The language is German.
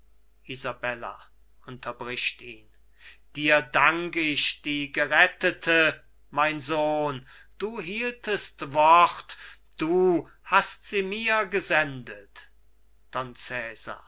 unterbricht ihn dir dank ich die gerettete mein sohn du hieltest wort du hast sie mir gesendet